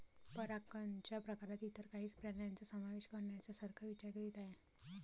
परागकणच्या प्रकारात इतर काही प्राण्यांचा समावेश करण्याचा सरकार विचार करीत आहे